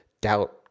doubt